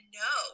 no